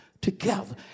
together